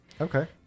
Okay